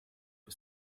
for